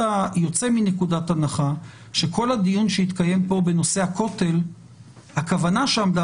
יוצא מנקודת הנחה שכל הדיון שהתקיים פה בנושא הכותל הכוונה שעמדה